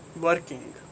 working